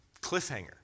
cliffhanger